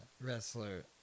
wrestler